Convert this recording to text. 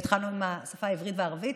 והתחלנו עם השפה העברית והערבית,